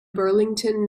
burlington